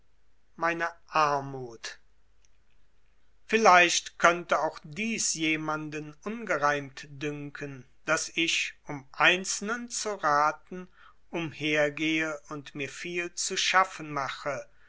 meine armut vielleicht könnte auch dies jemanden ungereimt dünken daß ich um einzelnen zu raten umhergehe und mir viel zu schaffen mache